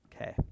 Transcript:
Okay